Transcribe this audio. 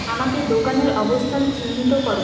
আমাকে দোকানের অবস্থান চিহ্নিত করো